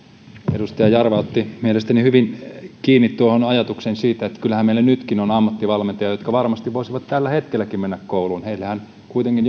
edustaja jarva otti mielestäni hyvin kiinni siitä ajatuksesta että kyllähän meillä nytkin on ammattivalmentajia jotka varmasti voisivat tällä hetkelläkin mennä kouluun heillehän kuitenkin